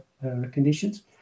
conditions